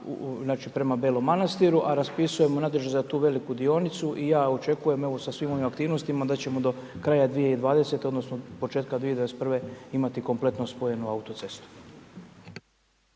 prema Belom Manastiru, a raspisujemo natječaj za tu veliku dionicu i ja očekujem sa svim ovim aktivnostima, da ćemo do kraja 2020. odnosno, početka 2021. imati kompletnu spojenu autocestu.